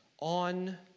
on